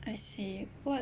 I see what